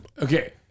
okay